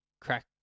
crack